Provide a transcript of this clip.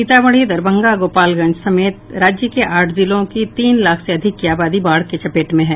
सीतामढ़ी दरभंगा और गोपालगंज समेत राज्य के आठ जिलों की तीन लाख से अधिक की आबादी बाढ़ की चपेट में है